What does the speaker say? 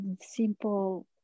simple